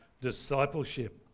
discipleship